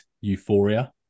euphoria